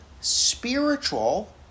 spiritual